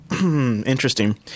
Interesting